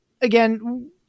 again